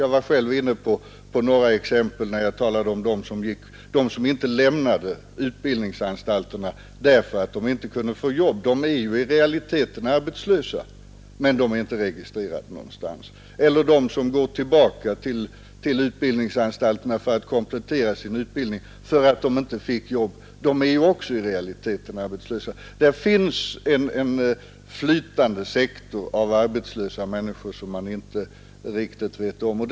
Jag anförde själv några exempel, bl.a. de som inte lämnar utbildningsanstalterna därför att de inte kan få jobb; de är ju i realiteten arbetslösa men inte registrerade någonstans. Andra går tillbaka till utbildningsanstalterna för att komplettera sin utbildning därför att de inte fick något jobb; även de är i realiteten arbetslösa. Det finns en flytande sektor av arbetslösa människor som man inte riktigt vet hur stor den är.